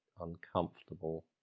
uncomfortable